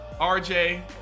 RJ